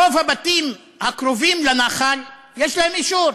רוב הבתים הקרובים לנחל, יש להם אישור,